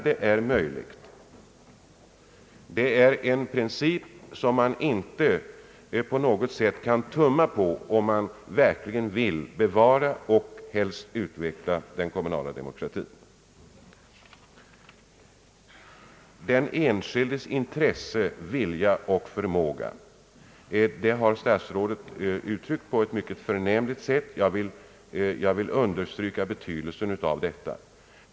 Det är en princip som man inte kan tumma på om man verkligen vill bevara och helst utveckla den kommunala demokratin. Den enskildes intresse, vilja och förmåga har statsrådet uttryckt på ett mycket förnämligt sätt, och jag vill understryka betydelsen av detta.